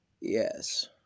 Yes